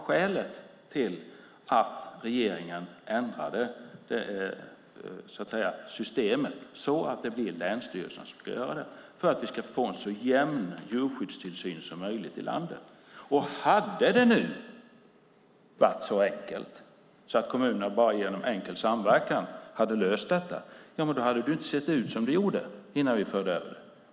Skälet till att regeringen ändrade systemet så att det är länsstyrelserna som ska göra det var att vi ska få en så jämn djurskyddstillsyn som möjligt i landet. Hade det nu varit så enkelt att kommunerna genom samverkan hade löst detta hade det inte sett ut som det gjorde.